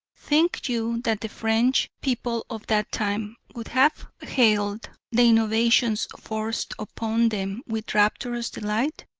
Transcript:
think you that the french people of that time would have hailed the innovations forced upon them with rapturous delight?